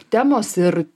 temos ir